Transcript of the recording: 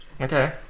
Okay